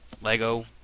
LEGO